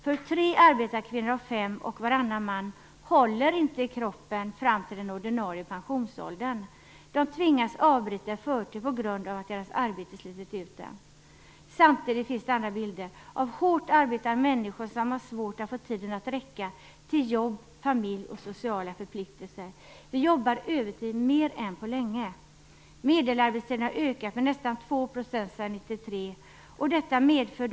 För tre arbetarkvinnor av fem och varannan man håller inte kroppen fram till den ordinarie pensionsåldern. De tvingas avbryta i förtid på grund av att deras arbete slitit ut dem. Samtidigt finns bilden av hårt arbetande människor som har svårt att få tiden att räcka till för jobb, familj och sociala förpliktelser. Vi jobbar övertid mer än på länge. Medelarbetstiden har ökat med nästan 2 % sedan 1993.